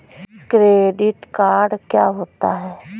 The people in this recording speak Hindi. क्रेडिट कार्ड क्या होता है?